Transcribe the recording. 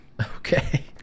okay